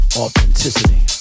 authenticity